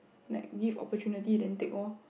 like give opportunity then take loh